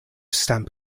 stamp